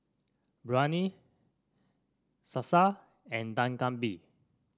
Biryani Salsa and Dak Galbi